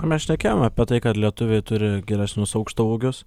o mes šnekėjom apie tai kad lietuviai turi geresnius aukštaūgius